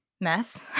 mess